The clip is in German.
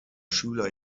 schüler